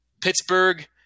Pittsburgh